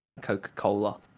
Coca-Cola